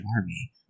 army